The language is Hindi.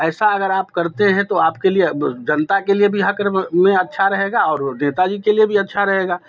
ऐसा अगर आप करते हैं तो आप के लिए जनता के लिए भी अच्छा रहेगा और नेता जी के लिए भी अच्छा रहेगा